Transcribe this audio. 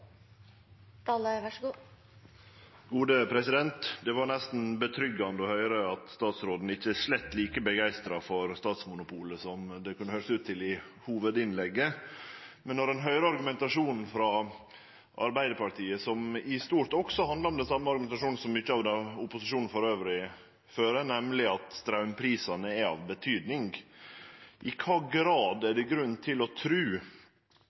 like begeistra for statsmonopolet som det kunne høyrast ut som i hovudinnlegget. Men når ein høyrer argumentasjonen frå Arbeidarpartiet, som i stort også handlar om den same argumentasjonen som mykje av den opposisjonen elles fører, nemleg at straumprisane er av betydning: I kva grad er det grunn til å tru